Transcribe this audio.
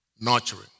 Nurturing